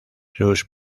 sus